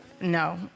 No